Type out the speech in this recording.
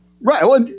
Right